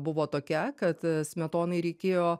buvo tokia kad smetonai reikėjo